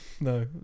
no